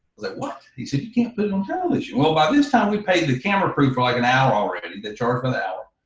like what? he said you can't put it on television. well by this time we paid the camera crew for like an hour already the charge for an hour.